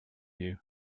you